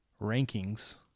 rankings